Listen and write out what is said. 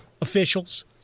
officials